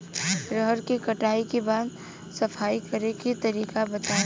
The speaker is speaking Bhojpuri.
रहर के कटाई के बाद सफाई करेके तरीका बताइ?